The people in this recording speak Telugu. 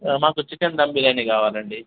మాకు చికెన్ దమ్ బిర్యానీ కావాలండి